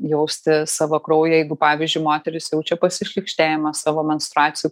jausti savo kraują jeigu pavyzdžiui moteris jaučia pasišlykštėjimą savo menstruacijų